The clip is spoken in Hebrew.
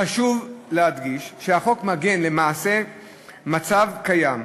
חשוב להדגיש שהחוק מעגן למעשה מצב קיים,